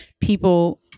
People